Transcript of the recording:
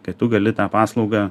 kai tu gali tą paslaugą